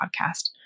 podcast